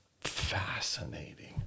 fascinating